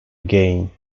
game